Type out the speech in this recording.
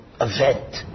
event